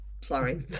Sorry